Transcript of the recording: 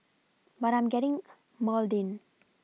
but I'm getting maudlin